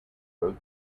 wrote